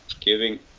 giving